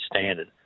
standard